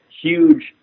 huge